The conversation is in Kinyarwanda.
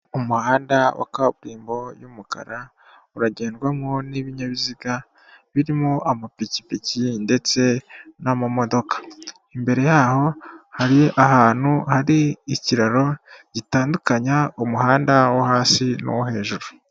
Umuhanda wa kaburimbo y'umukara uragendwamo n'ibinyabiziga birimo amapikipiki ndetse n'amamodoka. Imbere yaho hari ahantu hari' ikiraro gitandukanya umuhanda wo hasi n'uwo hejuru.